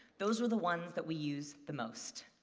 those were the ones that we use the most.